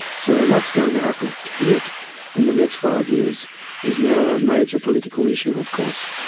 so what's going to happen to it in the next five years is now a major political issue, of course.